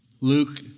Luke